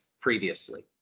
previously